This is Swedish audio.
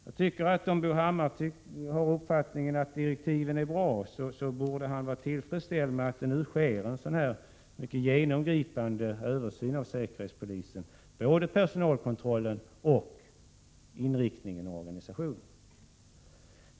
Jag tycker att om Bo Hammar har uppfattningen att direktiven är bra, borde han vara tillfredsställd med att det nu sker en sådan här mycket genomgripande översyn av säkerhetspolisen, när det gäller både personalkontrollen och inriktningen av organisationen.